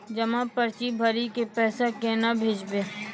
जमा पर्ची भरी के पैसा केना भेजबे?